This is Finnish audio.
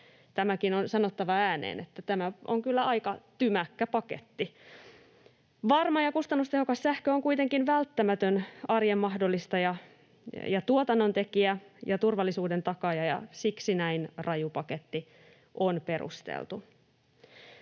Tämäkin on sanottava ääneen, että tämä on kyllä aika tymäkkä paketti. Varma ja kustannustehokas sähkö on kuitenkin välttämätön arjen mahdollistaja ja tuotannontekijä ja turvallisuuden takaaja, ja siksi näin raju paketti on perusteltu.